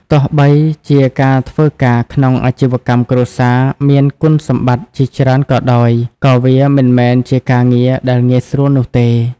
ទោះបីជាការធ្វើការក្នុងអាជីវកម្មគ្រួសារមានគុណសម្បត្តិជាច្រើនក៏ដោយ ក៏វាមិនមែនជាការងារដែលងាយស្រួលនោះទេ។